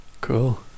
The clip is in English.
cool